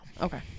Okay